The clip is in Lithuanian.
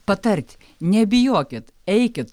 patarti nebijokit eikit